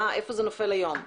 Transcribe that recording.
איפה זה נופל היום?